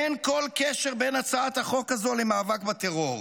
אין כל קשר בין הצעת החוק הזו למאבק בטרור.